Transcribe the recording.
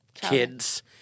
kids